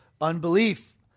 unbelief